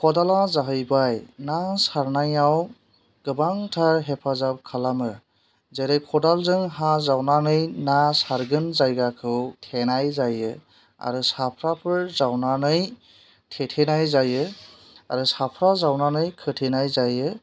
खदाला जाहैबाय ना सारनायाव गोबांथार हेफाजाब खालामो जेरै खदालजों हा जावनानै ना सारगोन जायगाखौ थेनाय जायो आरो साफ्राफोर जावनानै थेथेनाय जायो आरो साफ्रा जावनानै खोथेनाय जायो